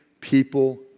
people